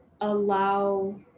allow